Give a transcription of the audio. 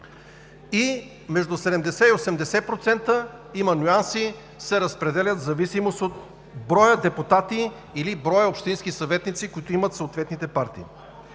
и между 70 и 80% – има нюанси, се разпределят в зависимост от броя депутати или броя общински съветници, които имат съответните партии.